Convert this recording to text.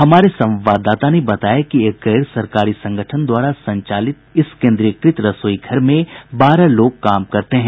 हमारे संवाददाता ने बताया कि एक गैर सरकारी सगंठन द्वारा संचालित इस केंद्रीयकृत रसोई घर में बारह लोग काम करते हैं